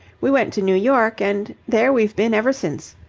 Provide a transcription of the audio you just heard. we went to new york, and there we've been ever since.